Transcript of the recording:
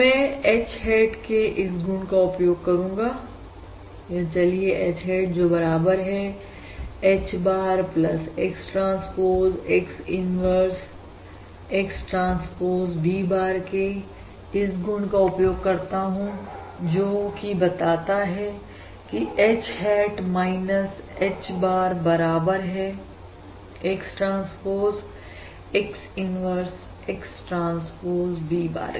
मैं H hat के इस गुण का उपयोग करूंगा यह चलिए H hat जो बराबर है H bar X transpose X inverse X transpose V bar के इस गुण का उपयोग करता हूं जो कि बताता है की H hat H bar बराबर है X transpose X inverse X transpose V bar के